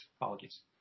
Apologies